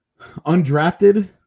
undrafted